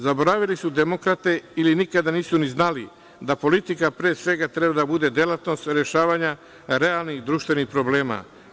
Zaboravile su demokrate, ili nikada nisu ni znali, da politika pre svega treba da bude delatnost rešavanja realnih društvenih problema.